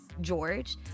George